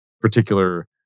particular